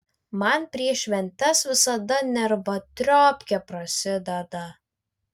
man prieš šventes visada nervatriopkė prasideda